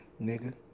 nigga